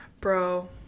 Bro